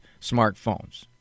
smartphones